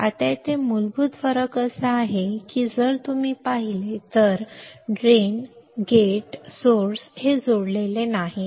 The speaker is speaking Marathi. आता येथे मूलभूत फरक असा आहे की जर तुम्ही पाहिले तर ड्रेन गेट स्त्रोत हे जोडलेले नाहीत